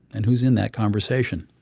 and who's in that conversation?